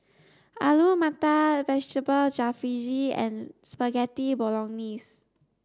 Alu Matar Vegetable Jalfrezi and Spaghetti Bolognese